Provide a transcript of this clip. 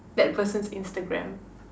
that person's Instagram